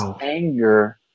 anger